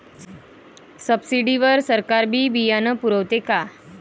Subsidy वर सरकार बी बियानं पुरवते का?